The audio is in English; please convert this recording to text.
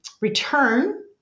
return